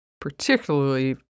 particularly